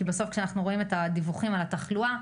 כי בסוף כשאנחנו רואים את הדיווחים על התחלואה,